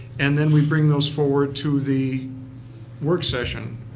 and then we bring those forward to the work session,